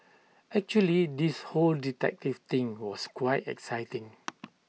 actually this whole detective thing was quite exciting